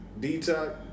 Detox